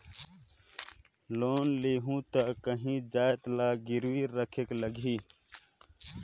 Loan लेहूं ता काहीं जाएत ला गिरवी रखेक लगही?